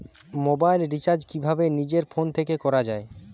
Mobile recharge কিভাবে নিজের phone থেকে করা য়ায়?